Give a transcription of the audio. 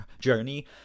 journey